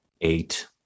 Eight